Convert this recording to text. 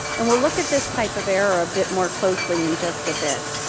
and we'll look at this type of error a bit more closely in just a bit.